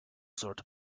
sort